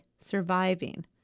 surviving